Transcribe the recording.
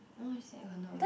no he stay at condo